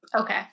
okay